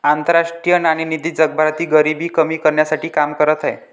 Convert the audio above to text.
आंतरराष्ट्रीय नाणेनिधी जगभरातील गरिबी कमी करण्यासाठी काम करत आहे